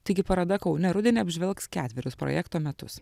taigi paroda kaune rudenį apžvelgs ketverius projekto metus